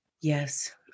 Yes